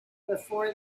before